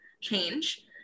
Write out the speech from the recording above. change